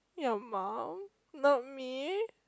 your mum not me